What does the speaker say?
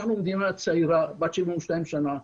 אנחנו מדינה צעירה בת 72 שנים,